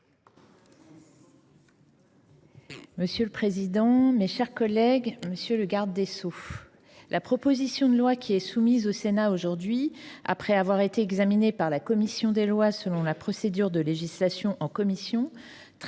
Monsieur le président, monsieur le garde des sceaux, mes chers collègues, la proposition de loi qui est soumise au Sénat aujourd’hui, après avoir été examinée par la commission des lois selon la procédure de législation en commission,